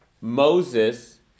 Moses